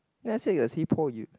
then I say you